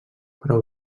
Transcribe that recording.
però